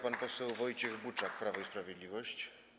Pan poseł Wojciech Buczak, Prawo i Sprawiedliwość.